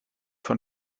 von